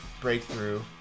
breakthrough